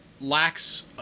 lacks